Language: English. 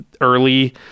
early